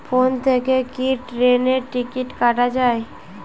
Phone থেকে কি ট্রেনের টিকিট কাটা য়ায়?